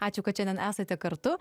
ačiū kad šiandien esate kartu